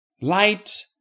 Light